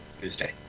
Tuesday